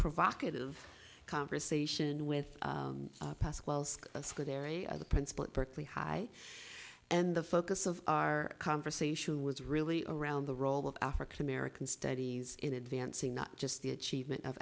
provocative conversation with a school there any other principal at berkeley high and the focus of our conversation was really around the role of african american studies in advancing not just the achievement of